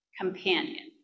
companion